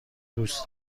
دوست